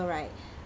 right